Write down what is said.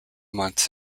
months